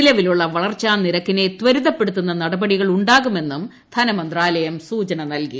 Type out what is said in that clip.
നിലവിലുള്ള വളർച്ചാ നിരക്കിനെ ത്വരിതപ്പെടുത്തുന്ന നടപടികൾ ഉണ്ടാകുമെന്നും ധനമന്ത്രാലയം സൂചന നൽകി